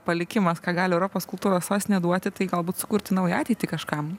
palikimas ką gali europos kultūros sostinė duoti tai galbūt sukurti naują ateitį kažkam